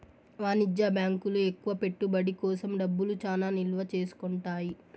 వాణిజ్య బ్యాంకులు ఎక్కువ పెట్టుబడి కోసం డబ్బులు చానా నిల్వ చేసుకుంటాయి